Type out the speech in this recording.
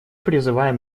призываем